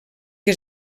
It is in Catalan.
que